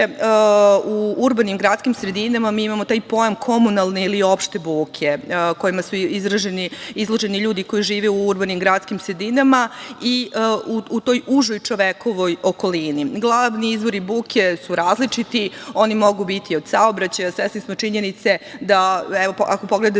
u urbanim gradskim sredinama mi imamo taj pojam – komunalne ili opšte buke, kojima su izloženi ljudi koji žive u urbanim gradskim sredinama i u toj užoj čovekovoj okolini. Glavni izvori buke su različiti, oni mogu biti od saobraćaja. Svesni smo činjenice da, ako pogledate